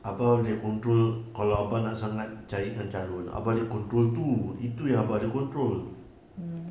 abah boleh control kalau abah nak sangat carikan calon abah boleh control itu itu yang abah boleh control